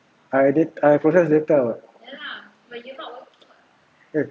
I data I process data [what] eh